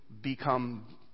become